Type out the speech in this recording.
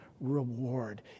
reward